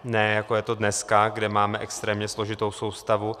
Ne jako je to dneska, kde máme extrémně složitou soustavu.